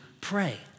pray